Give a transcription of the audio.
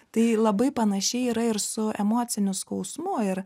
tai labai panašiai yra ir su emociniu skausmu ir